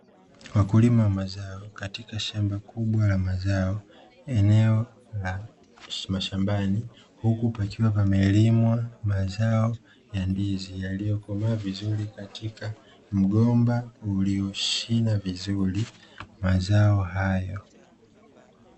Wakulima wa mazao katika shamba kubwa la mazao eneo la mashambani, huku pakiwa pamelimwa mazao ya ndizi yaliyokomaa vizuri katika mgomba ulioshina vizuri mazao hayo.